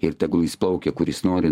ir tegul jis plaukia kur jis nori